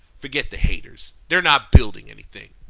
forget the haters. they're not building anything.